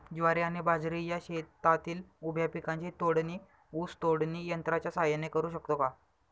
ज्वारी आणि बाजरी या शेतातील उभ्या पिकांची तोडणी ऊस तोडणी यंत्राच्या सहाय्याने करु शकतो का?